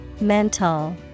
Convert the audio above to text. Mental